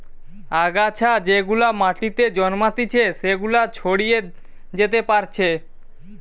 আগাছা যেগুলা মাটিতে জন্মাতিচে সেগুলা ছড়িয়ে যেতে পারছে